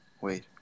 Wait